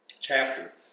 chapter